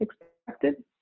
expected